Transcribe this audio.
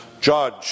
judge